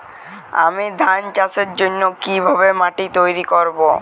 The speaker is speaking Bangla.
আমি ধান চাষের জন্য কি ভাবে মাটি তৈরী করব?